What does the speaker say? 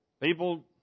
People